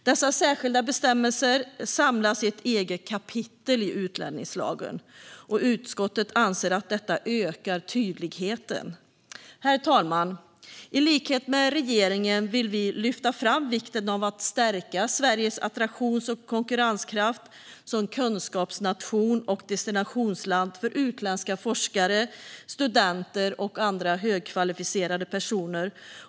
Dessa särskilda bestämmelser samlas i ett eget kapitel i utlänningslagen, och utskottet anser att detta ökar tydligheten. Herr talman! I likhet med regeringen vill vi lyfta fram vikten av att stärka Sveriges attraktions och konkurrenskraft som kunskapsnation och destinationsland för utländska forskare, studenter och andra högkvalificerade personer.